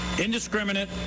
Indiscriminate